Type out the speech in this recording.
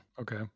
Okay